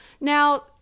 Now